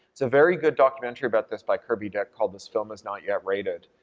so very good documentary about this by kirby dick called this film is not yet rated.